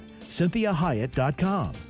CynthiaHyatt.com